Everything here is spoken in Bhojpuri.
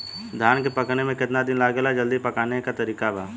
धान के पकने में केतना दिन लागेला जल्दी पकाने के तरीका बा?